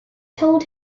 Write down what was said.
told